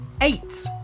Eight